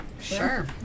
Sure